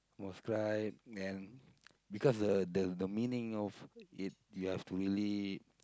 almost cried then because the the the meaning of it you have to really